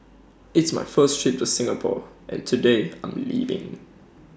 it's my first trip to Singapore and today I'm leaving